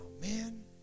man